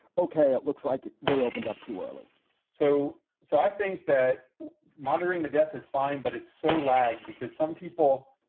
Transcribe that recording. ok? it looks like they opened up too early so so i think that monitoring the death is fine. but it's so lagged because some people,